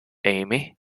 amy